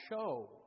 show